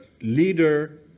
leader